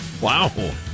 Wow